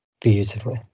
beautifully